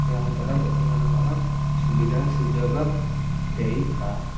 ଏହାଦ୍ୱାରା ଲୋକମାନଙ୍କର ସୁବିଧା ସୁଯୋଗ ଦେଇପାର